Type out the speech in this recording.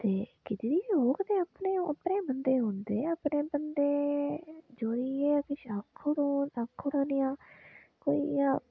ते कीती दी बी होग ते अपना बंदे होने अपने बंदे जोरियै किश आक्खो ते खौह्रा नेहा कोई इ'यां